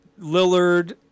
Lillard